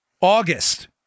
August